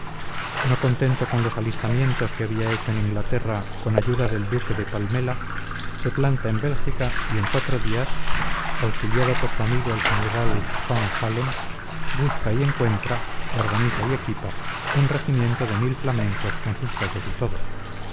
no contento con los alistamientos que había hecho en inglaterra con ayuda del duque de palmela se planta en bélgica y en cuatro días auxiliado por su amigo el general van halen busca y encuentra organiza y equipa un regimiento de mil flamencos con sus jefes y todo